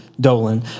Dolan